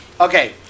okay